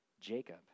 Jacob